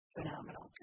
Phenomenal